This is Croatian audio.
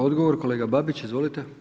Odgovor kolega Babić, izvolite.